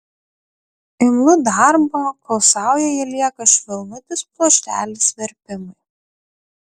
imlu darbo kol saujoje lieka švelnutis pluoštelis verpimui